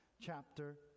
chapter